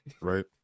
right